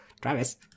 Travis